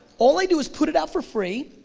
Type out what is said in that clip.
all i do is put it out for free,